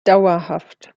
dauerhaft